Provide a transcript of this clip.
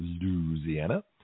Louisiana